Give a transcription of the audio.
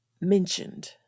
mentioned